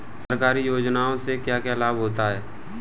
सरकारी योजनाओं से क्या क्या लाभ होता है?